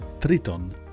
Triton